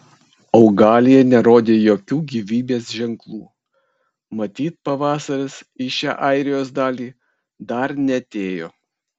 augalija nerodė jokių gyvybės ženklų matyt pavasaris į šią airijos dalį dar neatėjo